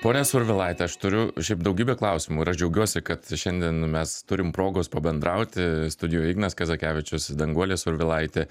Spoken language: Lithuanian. ponia survilaite aš turiu šiaip daugybę klausimų ir aš džiaugiuosi kad šiandien mes turim progos pabendrauti studijoj ignas kazakevičius danguolė survilaitė